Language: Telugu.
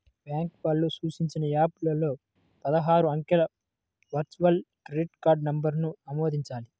బ్యాంకు వాళ్ళు సూచించిన యాప్ లో పదహారు అంకెల వర్చువల్ క్రెడిట్ కార్డ్ నంబర్ను ఆమోదించాలి